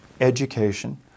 education